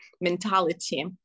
mentality